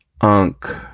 Unc